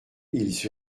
ils